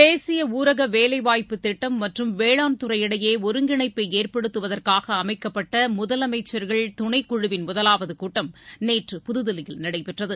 தேசியஊரகவேலைவாய்ப்பு வேளான் கிட்டம் மற்றம் துறை இடையேஒருங்கிணைப்பைஏற்படுத்துவதற்காகஅமைக்கப்பட்டமுதலமைச்சர்கள் துணைக்குழுவின் முதலாவதுகூட்டம் நேற்று புதுதில்லியில் நடைபெற்றது